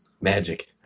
Magic